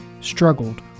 struggled